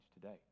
today